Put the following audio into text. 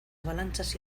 avalanchas